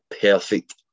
perfect